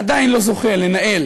עדיין לא זוכה לנהל